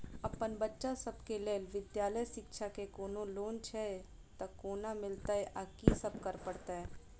अप्पन बच्चा सब केँ लैल विधालय शिक्षा केँ कोनों लोन छैय तऽ कोना मिलतय आ की सब करै पड़तय